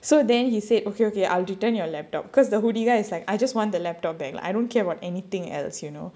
so then he said okay okay I'll return your laptop because the hoodie guys is like I just want the laptop back lah I don't care about anything else you know